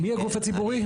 מי הגוף הציבורי?